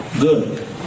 good